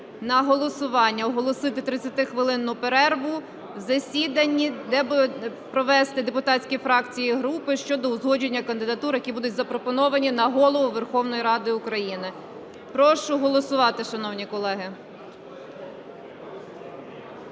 на голосування оголосити 30-хвилинну перерву в засіданні, провести депутатські фракції і групи щодо узгодження кандидатур, які будуть запропоновані на Голову Верховної Ради України. Прошу голосувати, шановні колеги.